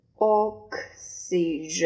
Oxygen